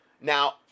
Now